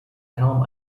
kaum